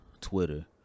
Twitter